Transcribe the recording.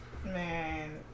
Man